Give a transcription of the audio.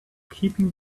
keeping